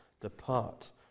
depart